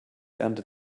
ernte